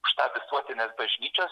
už tą visuotinės bažnyčios